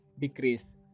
decrease